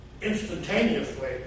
instantaneously